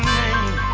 name